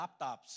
laptops